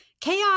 Chaos